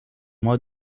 moi